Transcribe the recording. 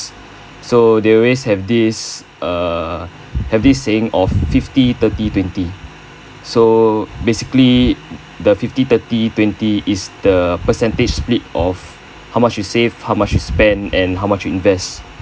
so they always have this uh have this saying of fifty thirty twenty so basically the fifty thirty twenty is the percentage split of how much you save how much you spend and how much you invest